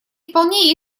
вполне